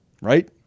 Right